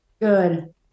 good